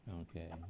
okay